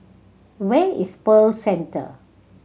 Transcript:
where is Pearl Centre